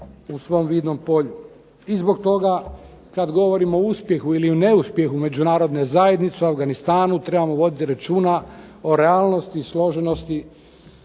u svom vidnom polju. I zbog toga kada govorimo o uspjehu ili neuspjehu međunarodne zajednice u Afganistanu, trebamo voditi računa o realnosti i složenosti